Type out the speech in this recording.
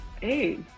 Hey